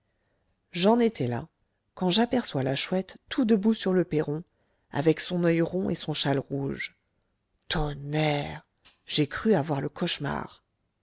j'en étais là quand j'aperçois la chouette tout debout sur le perron avec son oeil rond et son châle rouge tonnerre j'ai cru avoir le cauchemar